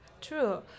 true